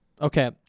Okay